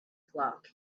flock